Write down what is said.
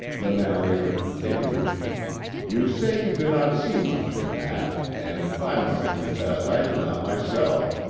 the narrator continued you say you do not see much in that, and i must confess i do not myself.